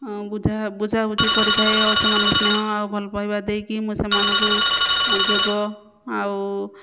ହଁ ବୁଝା ବୁଝାବୁଝି କରିଥାଏ ଓ ସେମାନଙ୍କୁ ସ୍ନେହ ଆଉ ଭଲପାଇବା ଦେଇକି ମୁଁ ସେମାନଙ୍କୁ ଯୋଗ ଆଉ